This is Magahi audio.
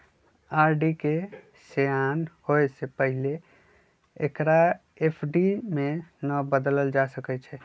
आर.डी के सेयान होय से पहिले एकरा एफ.डी में न बदलल जा सकइ छै